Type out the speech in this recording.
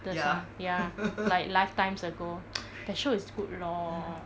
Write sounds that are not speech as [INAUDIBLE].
的情 ya like lifetimes ago [NOISE] that show is good lor